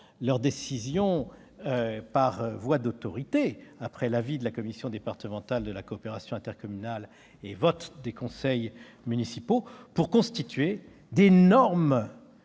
leur décision par voie d'autorité, certes après avis de la commission départementale de la coopération intercommunale et vote des conseils municipaux. Se sont ainsi constituées d'énormes